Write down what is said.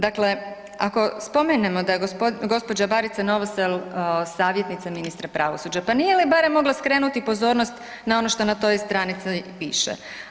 Dakle, ako spomenemo da je gospoda Barica Novosel savjetnica ministra pravosuđa pa nije li barem mogla skrenuti pozornost na ono što na toj stranici i piše.